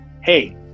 hey